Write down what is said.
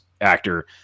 actor